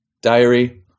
Diary